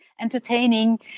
entertaining